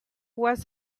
was